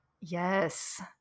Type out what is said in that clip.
Yes